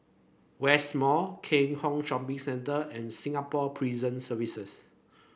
West Mall Keat Hong Shopping Centre and Singapore Prison Service